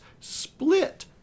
split